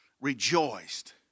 rejoiced